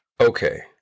Okay